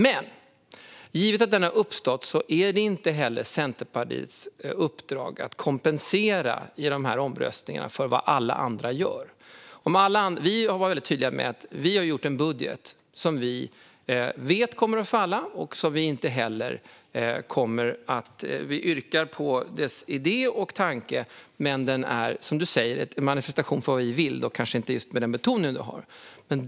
Men givet att den här situationen har uppstått är det inte Centerpartiets uppdrag att kompensera i de här omröstningarna för vad alla andra gör. Vi var tydliga med att vi hade gjort en budget som vi visste skulle falla. Vi yrkade bifall till dess idé och tanke, men den var som du säger en manifestation för vad vi vill - men kanske inte med just den betoning som du har, Ali Esbati.